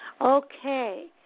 Okay